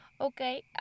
Okay